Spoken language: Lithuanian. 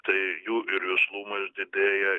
tai jų ir vislumas didėja